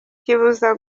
kibuza